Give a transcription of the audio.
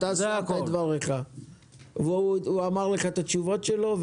הוא אמר לך את התשובות שלו.